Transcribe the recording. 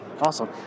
Awesome